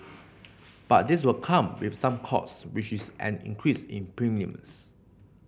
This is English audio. but this will come with some costs which is an increase in premiums